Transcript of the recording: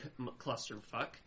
clusterfuck